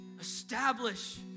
establish